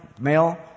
male